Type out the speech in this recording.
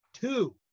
Two